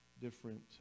different